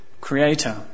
creator